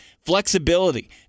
flexibility